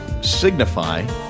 signify